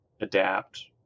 adapt